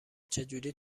چجوری